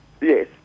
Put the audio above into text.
yes